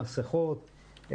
מסכות,